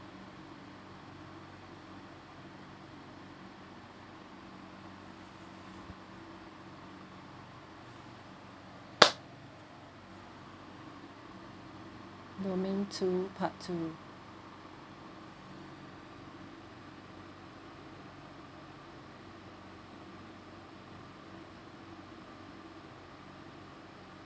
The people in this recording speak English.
domain two part two